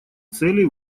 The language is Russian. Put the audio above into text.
целей